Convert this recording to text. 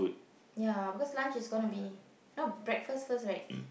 ya because lunch is going to be no breakfast first right